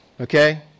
okay